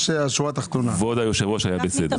כבוד היושב-ראש היה בסדר.